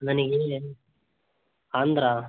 ನನಗಿಲ್ಲಿ Andhra